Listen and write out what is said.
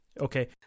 Okay